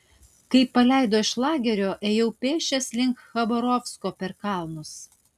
kai paleido iš lagerio ėjau pėsčias link chabarovsko per kalnus